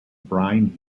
brine